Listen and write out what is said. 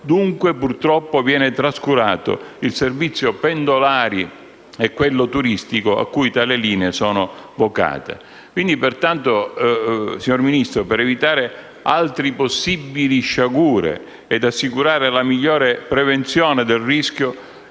Dunque, viene purtroppo trascurato il servizio pendolari e quello turistico cui tali linee sono vocate. Signor Ministro, per evitare altre possibili sciagure ed assicurare la migliore prevenzione del rischio,